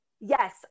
Yes